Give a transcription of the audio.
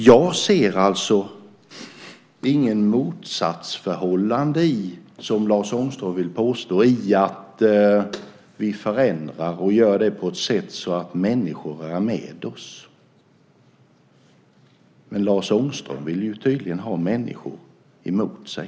Jag ser alltså inget motsatsförhållande, som Lars Ångström försöker påstå, i att vi förändrar och gör det på ett sätt som gör att människor är med oss. Lars Ångström vill tydligen ha människor emot sig.